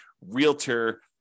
realtor